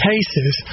cases